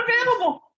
available